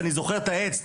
אני זוכר את העץ,